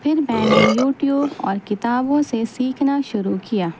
پھر میں نے یوٹیوب اور کتابوں سے سیکھنا شروع کیا